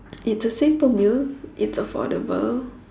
it's a simple meal it's affordable